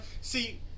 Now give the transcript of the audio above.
See